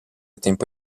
tempo